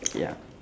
ya